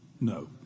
No